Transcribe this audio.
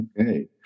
Okay